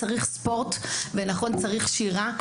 צריך ספורט ונכון צריך שירה,